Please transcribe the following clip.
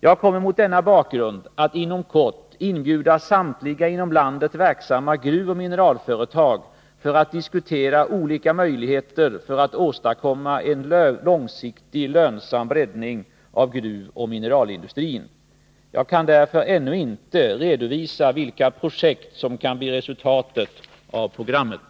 Jag kommer mot denna bakgrund att inom kort inbjuda samtliga inom landet verksamma gruvoch mineralföretag för att diskutera olika möjligheter att åstadkomma en långsiktig lönsam breddning av gruvoch mineralindustrin. Jag kan därför ännu inte redovisa vilka projekt som kan bli resultatet av programmet.